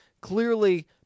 clearly